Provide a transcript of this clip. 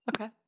okay